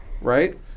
Right